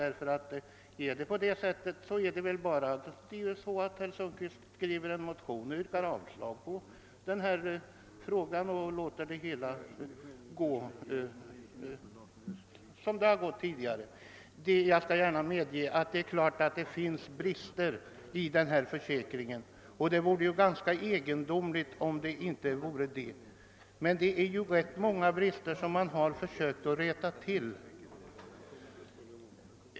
Om herr Sundkvist vill fortsätta sin tankegång, har han ju bara att skriva en motion och yrka avslag på hela skördeskadeförsäkringen, så får det hela fungera som det har gjort tidigare. Jag skall gärna medge att det finns brister i denna försäkring — det vore ganska egendomligt om det inte funnes några — men rätt många brister har man också försökt rätta till.